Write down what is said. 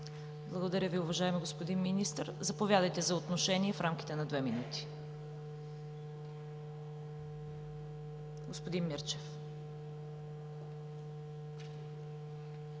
Благодаря, господин Министър. Заповядайте за отношение в рамките на две минути, господин Мирчев.